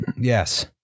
Yes